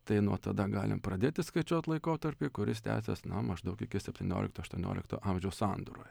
tai nuo tada galim pradėti skaičiuot laikotarpį kuris tęsias na maždaug iki septyniolikto aštuoniolikto amžiaus sandūroje